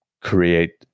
create